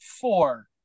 four